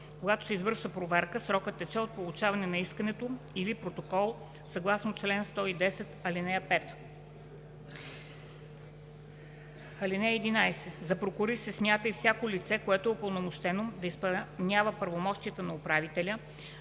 Когато се извършва проверка, срокът тече от получаване на искането или протокол съгласно чл. 110, ал. 5. (11) За прокурист се смята и всяко лице, което е упълномощено да изпълнява правомощията на управителя.